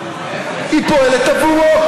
היא פועלת עבורו,